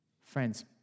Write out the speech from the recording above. Friends